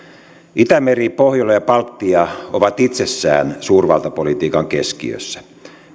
itämeri pohjola ja baltia ovat itsessään suurvaltapolitiikan keskiössä